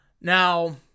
Now